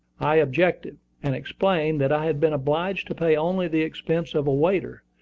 i objected, and explained that i had been obliged to pay only the expense of a waiter,